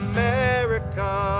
America